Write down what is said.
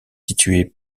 situé